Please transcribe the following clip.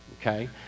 Okay